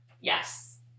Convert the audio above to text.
Yes